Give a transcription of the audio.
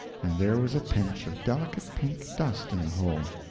and there was a pinch of delicate pink dust in the hole.